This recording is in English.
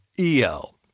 EL